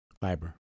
Fiber